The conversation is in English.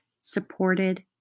supported